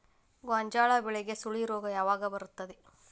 ಗೋಂಜಾಳ ಬೆಳೆಗೆ ಸುಳಿ ರೋಗ ಯಾವಾಗ ಬರುತ್ತದೆ?